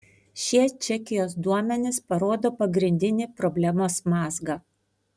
šie čekijos duomenys parodo pagrindinį problemos mazgą